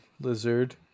lizard